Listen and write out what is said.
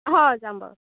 অঁ যাম বাৰু